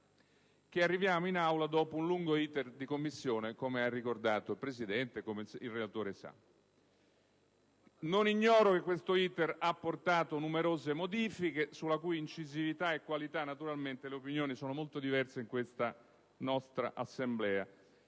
che arriviamo in Aula dopo un lungo *iter* di Commissione, come ha ricordato il Presidente e come il relatore sa. Non ignoro che questo *iter* ha portato numerose modifiche, sulla cui incisività e qualità le opinioni sono molto diverse in questa nostra Assemblea.